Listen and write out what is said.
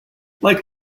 like